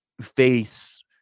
face